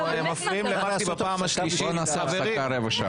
נעשה הפסקה לרבע שעה.